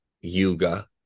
Yuga